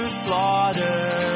slaughter